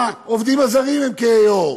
היו נגד כהי עור, אז גם העובדים הזרים הם כהי עור,